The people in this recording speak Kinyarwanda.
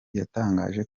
yatangaje